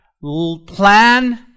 Plan